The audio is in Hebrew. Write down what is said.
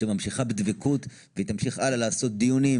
שממשיכה בדבקות ותמשיך הלאה לעשות דיונים